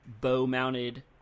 bow-mounted